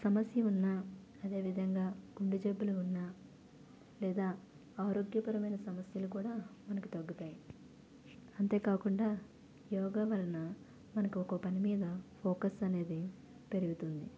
సమస్య ఉన్నా అదే విధంగా గుండెజబ్బులు ఉన్నా లేదా ఆరోగ్యపరమైన సమస్యలు కూడా మనకు తగ్గుతాయి అంతేకాకుండా యోగా వలన మనకి ఒకపని మీద ఫోకస్ అనేది పెరుగుతుంది